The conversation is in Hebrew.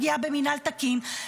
במינהל תקין,